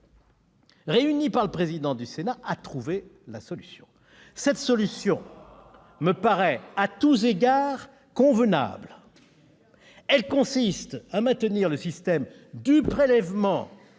réuni par le président du Sénat, a trouvé la solution. Cette solution me paraît à tous égards convenable. Elle consiste à maintenir le système du prélèvement